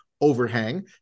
overhang